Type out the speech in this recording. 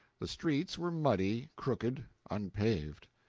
the streets were muddy, crooked, unpaved.